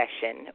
session